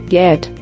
get